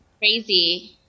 crazy